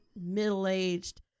middle-aged